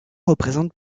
représente